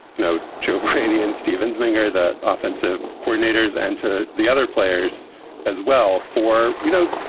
you know, joe bahrainian stevens minger, the offensive coordinators and to the other players as well for, you know,